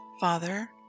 Father